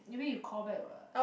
maybe you call back what